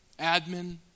admin